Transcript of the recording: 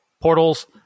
portals